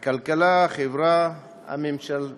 הכלכלה, החברה, הממשל ועוד.